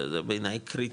זה בעיניי קריטי,